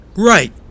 Right